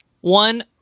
one